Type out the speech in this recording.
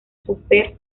super